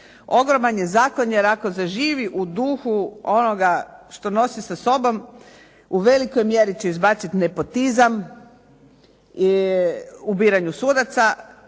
Ogroman je zakon, jer ako zaživi u duhu onoga što nosi sa sobom u velikoj mjeri će izbacit nepotizam u biranju sudaca,